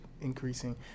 increasing